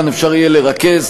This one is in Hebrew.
כאן אפשר יהיה לרכז,